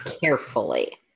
carefully